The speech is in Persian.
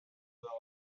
موارد